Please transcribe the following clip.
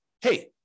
hey